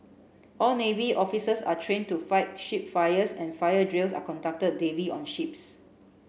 all navy officers are trained to fight ship fires and fire drills are conducted daily on ships